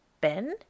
Ben